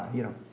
you know?